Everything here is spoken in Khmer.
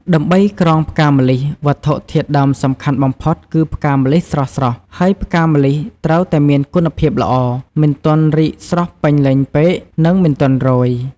ដើម្បីក្រងផ្កាម្លិះ វត្ថុធាតុដើមសំខាន់បំផុតគឺផ្កាម្លិះស្រស់ៗ ហើយផ្កាម្លិះត្រូវតែមានគុណភាពល្អ មិនទាន់រីកស្រស់ពេញលេញពេក និងមិនទាន់រោយ។